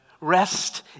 Rest